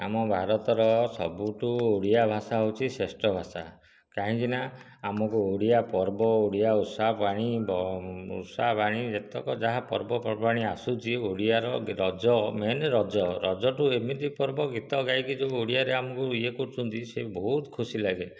ଆମ ଭାରତର ସବୁଠୁ ଓଡ଼ିଆ ଭାଷା ହେଉଛି ଶ୍ରେଷ୍ଠ ଭାଷା କାହିଁକିନା ଆମକୁ ଓଡ଼ିଆ ପର୍ବ ଓଡ଼ିଆ ଓଷା ବାଣୀ ଓଷା ବାଣୀ ଯେତେକ ଯାହା ପର୍ବପର୍ବାଣି ଆସୁଛି ଓଡ଼ିଆର ରଜ ମେନ୍ ରଜ ରଜଠୁ ଏମିତି ପର୍ବ ଗୀତ ଗାଇକି ଯେଉଁ ଓଡ଼ିଆରେ ଆମକୁ ଇଏ କରୁଛନ୍ତି ସେ ବହୁତ ଖୁସି ଲାଗେ